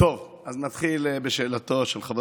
השר